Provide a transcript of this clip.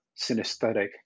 synesthetic